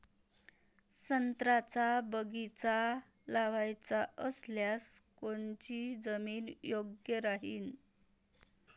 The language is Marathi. संत्र्याचा बगीचा लावायचा रायल्यास कोनची जमीन योग्य राहीन?